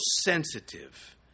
sensitive